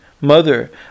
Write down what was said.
Mother